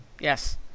Yes